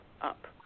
up